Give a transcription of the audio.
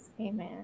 Amen